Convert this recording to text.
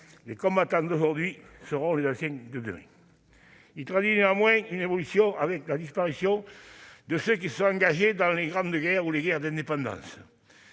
les combattants d'aujourd'hui seront les anciens de demain. Il traduit néanmoins une évolution, avec la disparition de ceux qui se sont engagés dans les grandes guerres ou les guerres d'indépendance.